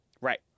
Right